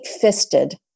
fisted